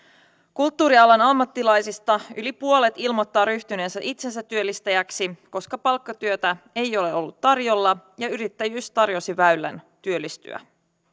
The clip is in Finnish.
kulttuurialan ammattilaisista yli puolet ilmoittaa ryhtyneensä itsensätyöllistäjäksi koska palkkatyötä ei ole ollut tarjolla ja yrittäjyys tarjosi väylän työllistyä